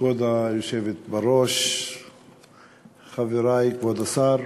כבוד היושבת בראש, חברי, כבוד השר,